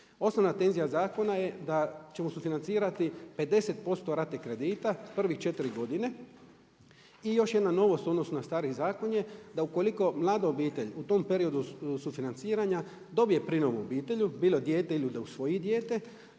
Osnovna tenzija zakona je da ćemo sufinancirati 50% rate kredita prvih 4 godine. I još jedna novost u odnosu na stari zakon je da ukoliko mlada obitelji u tom periodu sufinanciranja dobije prinovu u obitelji bilo dijete ili da usvoji dijete